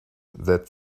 that